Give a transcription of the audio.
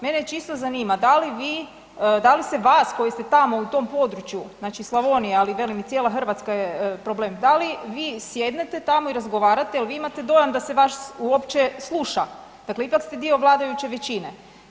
Mene čisto zanima da li se vas koji ste tamo u tom području znači Slavonija, ali i cijela Hrvatska je problem, da li vi sjednete tamo i razgovarate jel vi imate dojam da se vas uopće sluša, dakle ipak ste dio vladajuće većine?